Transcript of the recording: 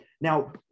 now